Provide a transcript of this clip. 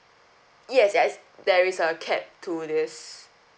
yes yes there is a cap two days